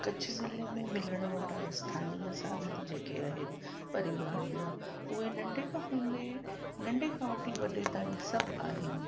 कच्छ ज़िले में मिलणु वारा स्थानीय साधन जेके आहिनि परिवहन जा उहे नंढे खां हूंदे नंढे खां वठी वॾे ताईं सभु आहिनि